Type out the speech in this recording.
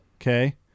Okay